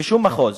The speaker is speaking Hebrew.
בשום מחוז,